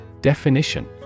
Definition